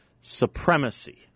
supremacy